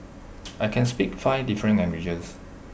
I can speak five different languages